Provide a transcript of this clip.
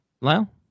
Lyle